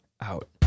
out